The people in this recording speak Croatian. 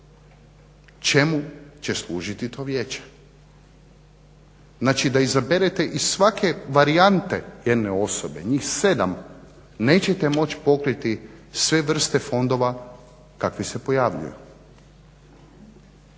Čemu će služiti to vijeće? Znači da izaberete iz svake varijante jedne osobe nijh 7 nećete moći pokriti sve vrste fondova kakvi se pojavljuju.